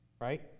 right